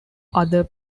other